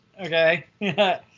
Okay